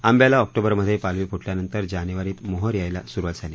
आंब्याला ऑक्टोबरमध्ये पालवी फूटल्यानंतर जानेवारीत मोहर यायला सुरूवात झाली